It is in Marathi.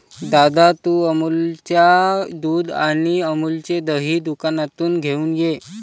दादा, तू अमूलच्या दुध आणि अमूलचे दही दुकानातून घेऊन ये